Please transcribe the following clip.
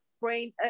brain